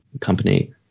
company